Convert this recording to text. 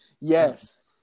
Yes